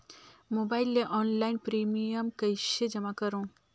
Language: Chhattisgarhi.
मोबाइल ले ऑनलाइन प्रिमियम कइसे जमा करों?